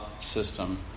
system